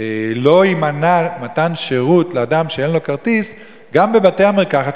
אפשר שלא יימנע מתן שירות לאדם שאין לו כרטיס גם בבתי-המרקחת,